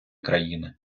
країни